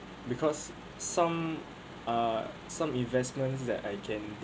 because some ah some investments that I can